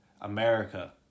America